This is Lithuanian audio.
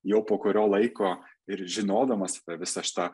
jau po kurio laiko ir žinodamas apie visą šitą